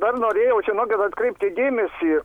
dar norėjau žinokit atkreipti dėmesį